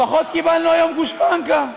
לפחות קיבלנו היום גושפנקה.